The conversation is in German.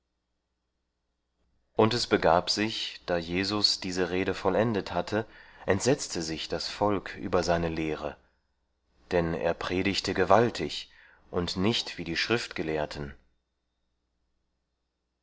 und es begab sich da jesus diese rede vollendet hatte entsetzte sich das volk über seine lehre denn er predigte gewaltig und nicht wie die schriftgelehrten